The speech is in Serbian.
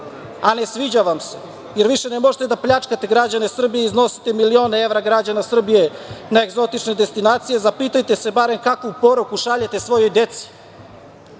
a ne sviđa vam se jer više ne možete da pljačkate građane Srbije i iznosite milione evra građana Srbije na egzotične destinacije, zapitajte se barem kakvu poruku šaljete svojoj deci? Mi